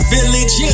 Village